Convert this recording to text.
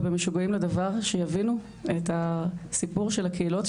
במשוגעים לדבר שיבינו את הסיפור של הקהילות,